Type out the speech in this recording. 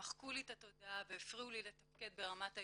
שמחקו לי את התודעה והפריעו לי לתפקד ברמת היום-יום.